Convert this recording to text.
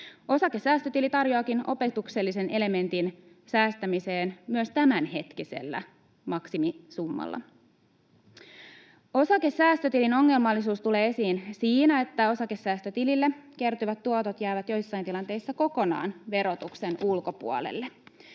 Osakesäästötili tarjoaakin opetuksellisen elementin säästämiseen myös tämänhetkisellä maksimisummalla. Osakesäästötilin ongelmallisuus tulee esiin siinä, että osakesäästötilille kertyvät tuotot jäävät joissain tilanteissa kokonaan verotuksen ulkopuolelle.